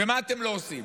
ומה אתם לא עושים?